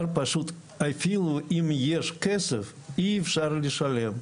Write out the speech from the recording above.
פשוט, אפילו אם יש כסף, אי אפשר לשלם,